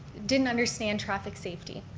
didn't understand traffic safety.